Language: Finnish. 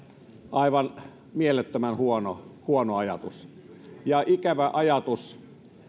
aivan mielettömän huono ajatus ja ikävä ajatus